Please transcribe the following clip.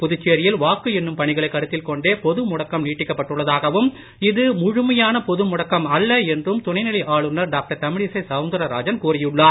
புதுச்சேரியில் வாக்கு எண்ணும் பணிகளை கருத்தில் கொண்டே பொது முடக்கம் நீட்டிக்கப் பட்டுள்ளதாகவும் இது முழுமையான பொது முடக்கம் அல்ல என்றும் துணைநிலை ஆளுநர் டாக்டர் தமிழிசை சவுந்தரராஜன் கூறியுள்ளார்